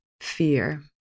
fear